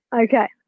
Okay